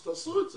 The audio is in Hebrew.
אז תעשו את זה.